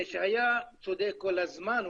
שהיה צודק כל הזמן,